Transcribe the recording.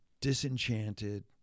disenchanted